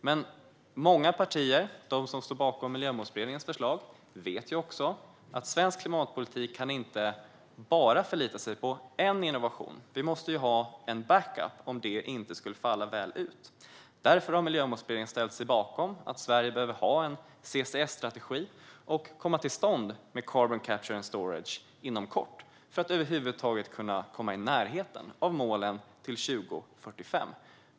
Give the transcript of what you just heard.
Men många partier, de som står bakom Miljömålsberedningens förslag, vet också att svensk klimatpolitik inte kan förlita sig bara på en innovation. Vi måste ha en backup om det inte skulle falla väl ut. Därför har Miljömålsberedningen ställt sig bakom att Sverige behöver ha en CCS-strategi och komma till stånd med carbon capture and storage inom kort för att över huvud taget kunna komma i närheten av målen till 2045.